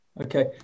Okay